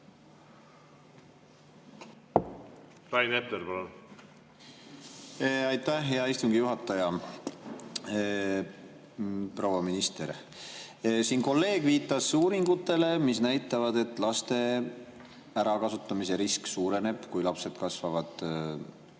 Rain Epler, palun! Aitäh, hea istungi juhataja! Proua minister! Siin kolleeg viitas uuringutele, mis näitavad, et laste ärakasutamise risk suureneb, kui lapsed kasvavad